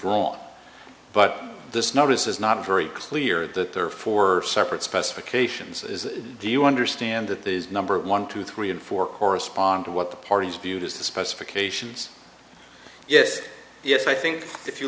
withdrawn but this notice is not very clear that there are four separate specifications is do you understand that these number one two three and four correspond to what the parties viewed as the specifications yes yes i think if you